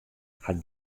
hat